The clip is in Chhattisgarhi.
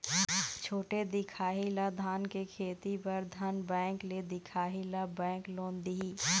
छोटे दिखाही ला धान के खेती बर धन बैंक ले दिखाही ला बैंक लोन दिही?